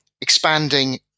expanding